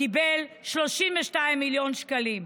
קיבל 32 מיליון שקלים.